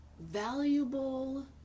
valuable